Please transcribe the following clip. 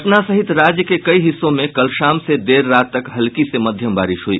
पटना सहित राज्य के कई हिस्सों में कल शाम से देर रात तक हल्की से मध्यम बारिश हुई